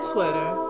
Twitter